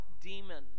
demons